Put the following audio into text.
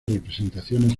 representaciones